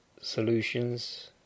Solutions